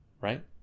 right